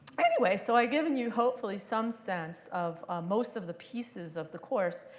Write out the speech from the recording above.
anyway, so i've given you, hopefully, some sense of most of the pieces of the course.